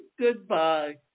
goodbye